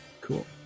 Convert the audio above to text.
Cool